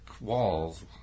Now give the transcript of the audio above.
walls